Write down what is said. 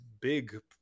big